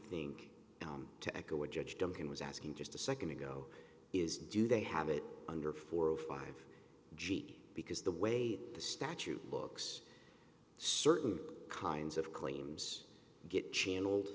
think to echo what judge duncan was asking just a second ago is do they have it under four or five g because the way the statute books certain kinds of claims get channeled